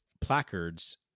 placards